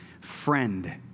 friend